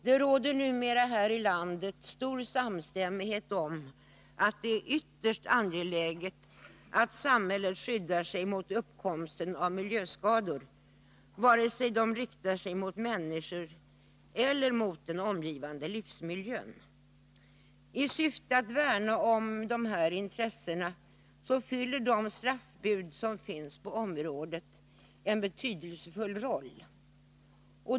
Det råder numera här i landet stor samstämmighet om att det är ytterst angeläget att samhället skyddar sig mot uppkomsten av miljöskador, vare sig de riktar sig mot människor eller mot den omgivande livsmiljön. I syfte att värna om intressen fyller de straffbud som finns på området en betydelsefull uppgift.